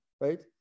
right